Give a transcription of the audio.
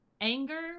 anger